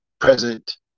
present